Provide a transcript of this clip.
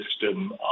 system